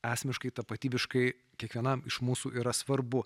esmiškai tapatybiškai kiekvienam iš mūsų yra svarbu